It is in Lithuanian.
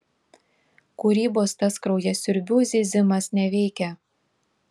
kūrybos tas kraujasiurbių zyzimas neveikia